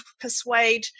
persuade